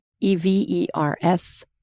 E-V-E-R-S